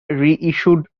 reissued